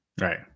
Right